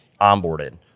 onboarded